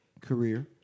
career